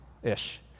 Ish